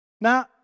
Now